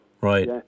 Right